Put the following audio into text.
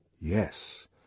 Yes